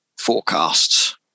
forecasts